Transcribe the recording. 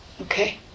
Okay